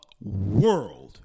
world